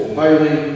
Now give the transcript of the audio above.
highly